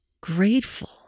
grateful